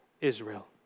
Israel